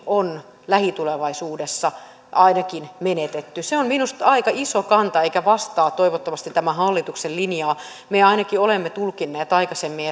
on lähitulevaisuudessa ainakin menetetty se on minusta aika iso kanta eikä vastaa toivottavasti tämän hallituksen linjaa me ainakin olemme tulkinneet aikaisemmin